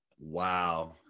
Wow